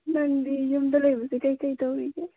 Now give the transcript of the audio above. ꯅꯪꯗꯤ ꯌꯨꯝꯗ ꯂꯩꯕꯁꯦ ꯀꯔꯤ ꯀꯔꯤ ꯇꯧꯔꯤꯒꯦ